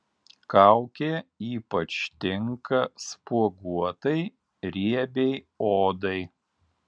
kaukė ypač tinka spuoguotai riebiai odai